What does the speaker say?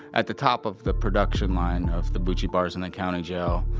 at the top of the production line of the bucci bars in the county jail,